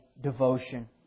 devotion